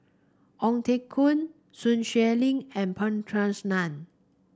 Ong Teng Koon Sun Xueling and P Krishnan